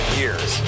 years